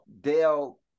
Dale